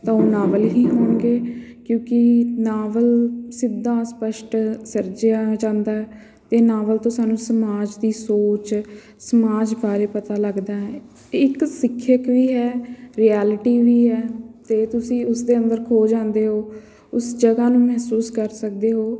ਤਾਂ ਉਹ ਨਾਵਲ ਹੀ ਹੋਣਗੇ ਕਿਉਂਕਿ ਨਾਵਲ ਸਿੱਧਾ ਸਪੱਸ਼ਟ ਸਿਰਜਿਆ ਜਾਂਦਾ ਅਤੇ ਨਾਵਲ ਤੋਂ ਸਾਨੂੰ ਸਮਾਜ ਦੀ ਸੋਚ ਸਮਾਜ ਬਾਰੇ ਪਤਾ ਲੱਗਦਾ ਹੈ ਇੱਕ ਸਿੱਖਿਅਕ ਵੀ ਹੈ ਰਿਐਲਿਟੀ ਵੀ ਹੈ ਅਤੇ ਤੁਸੀਂ ਉਸਦੇ ਅੰਦਰ ਹੋ ਜਾਂਦੇ ਓ ਉਸ ਜਗ੍ਹਾ ਨੂੰ ਮਹਿਸੂਸ ਕਰ ਸਕਦੇ ਹੋ